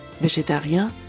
végétarien